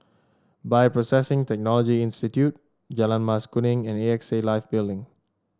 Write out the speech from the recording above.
Bioprocessing Technology Institute Jalan Mas Kuning and A X A Life Building